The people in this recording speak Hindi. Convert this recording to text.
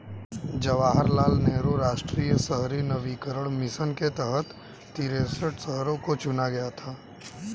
जवाहर लाल नेहरू राष्ट्रीय शहरी नवीकरण मिशन के तहत तिरेसठ शहरों को चुना गया था